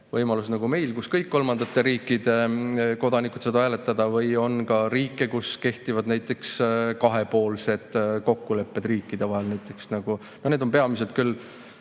võimalus nagu meil, kus kõik kolmandate riikide kodanikud saavad hääletada, või on ka riike, kus kehtivad näiteks kahepoolsed kokkulepped riikide vahel. No need on peamiselt küll